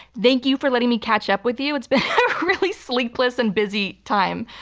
thank you for letting me catch up with you. it's been a really sleepless and busy time,